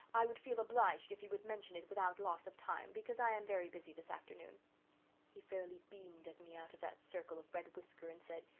i would feel obliged if you would mention it without loss of time, because i am very busy this afternoon he fairly beamed at me out of that circle of red whisker, and said,